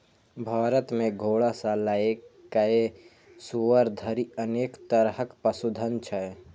भारत मे घोड़ा सं लए कए सुअर धरि अनेक तरहक पशुधन छै